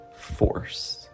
force